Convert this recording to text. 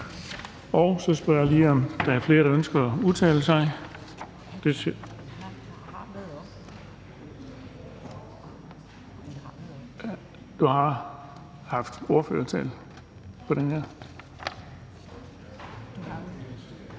Så spørger jeg lige, om der er flere, der ønsker at udtale sig. Det er ikke tilfældet. Da der